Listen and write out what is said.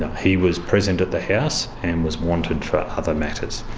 he was present at the house and was wanted for other matters,